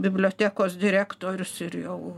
bibliotekos direktorius ir jau